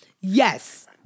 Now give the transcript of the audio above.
yes